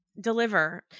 deliver